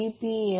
31 angle 31